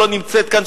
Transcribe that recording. שלא נמצאת כאן,